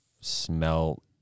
smell